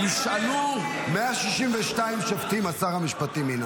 אין מי שישפוט.